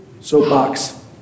Soapbox